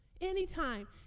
Anytime